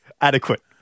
adequate